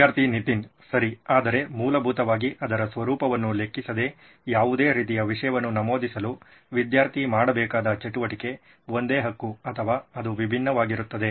ವಿದ್ಯಾರ್ಥಿ ನಿತಿನ್ ಸರಿ ಆದರೆ ಮೂಲಭೂತವಾಗಿ ಅದರ ಸ್ವರೂಪವನ್ನು ಲೆಕ್ಕಿಸದೆ ಯಾವುದೇ ರೀತಿಯ ವಿಷಯವನ್ನು ನಮೂದಿಸಲು ವಿದ್ಯಾರ್ಥಿ ಮಾಡಬೇಕಾದ ಚಟುವಟಿಕೆ ಒಂದೇ ಹಕ್ಕು ಅಥವಾ ಅದು ವಿಭಿನ್ನವಾಗಿರುತ್ತದೆ